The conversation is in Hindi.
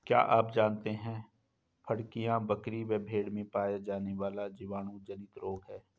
क्या आप जानते है फड़कियां, बकरी व भेड़ में पाया जाने वाला जीवाणु जनित रोग है?